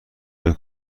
های